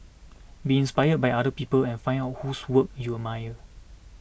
be inspired by other people and find out whose work you admire